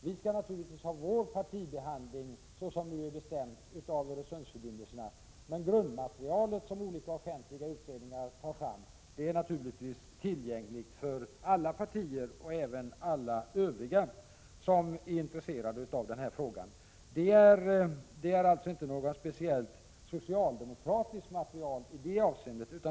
Vi skall naturligtvis ha vår partibehandling, såsom nu är bestämt, av Öresundsförbindelserna. Men grundmaterialet som olika offentliga utredningar tar fram är givetvis tillgängligt för alla partier och även för alla övriga som är intresserade av den här frågan. Det är alltså inte något speciellt socialdemokratiskt material i det avseendet.